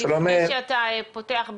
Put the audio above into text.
לפני שאתה פותח,